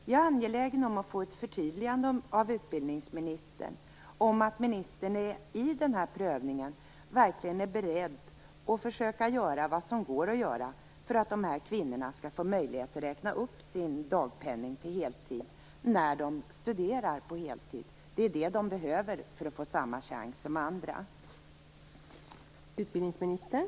Jag är angelägen om att få ett förtydligande av utbildningsministern om att ministern i den här prövningen verkligen är beredd att försöka göra vad som går att göra för att dessa kvinnor skall få möjlighet att räkna upp sin dagpenning till heltid när de studerar på heltid. Det är detta de behöver för att få samma chans som andra.